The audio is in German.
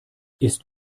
ist